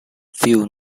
few